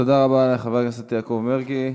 תודה רבה לחבר הכנסת יעקב מרגי.